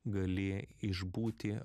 gali išbūti